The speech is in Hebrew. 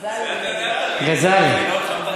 ע'זלה.